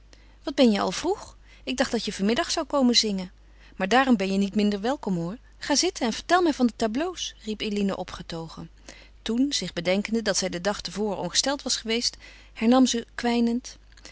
wat kom je al vroeg ik dacht dat je vanmiddag zou komen zingen maar daarom ben je niet minder welkom hoor ga zitten en vertel mij van de tableaux riep eline opgetogen toen zich bedenkende dat zij den dag te voren ongesteld was geweest hernam ze kwijnend